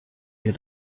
wir